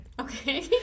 Okay